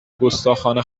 گستاخانه